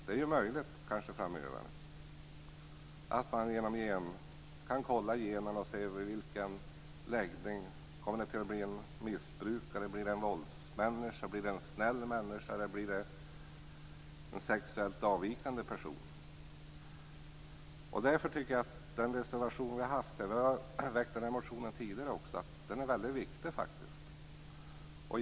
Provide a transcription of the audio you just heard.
Det blir ju kanske möjligt framöver att kolla generna och se vilken läggning barnet får - blir det en missbrukare, en våldsmänniska, en snäll människa eller en sexuellt avvikande person? Därför tycker jag att vår reservation - vi har även väckt den här motionen tidigare - är väldigt viktig.